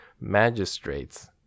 magistrates